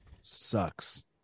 sucks